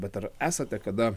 bet ar esate kada